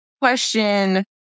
Question